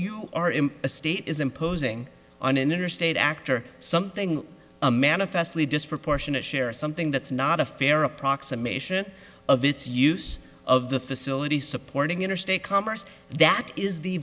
you are in a state is imposing on an interstate act or something a manifest lee disproportionate share or something that's not a fair approximation of its use of the facilities supporting interstate commerce that is the